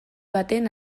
baten